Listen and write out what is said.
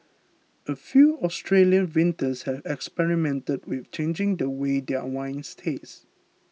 a few Australian vintners have experimented with changing the way their wines taste